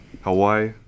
Hawaii